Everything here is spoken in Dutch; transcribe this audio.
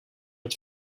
het